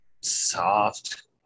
soft